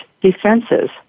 defenses